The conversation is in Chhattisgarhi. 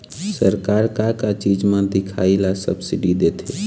सरकार का का चीज म दिखाही ला सब्सिडी देथे?